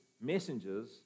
messengers